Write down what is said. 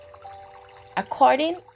According